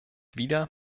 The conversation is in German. wieder